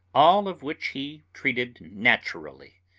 all of which he treated naturally.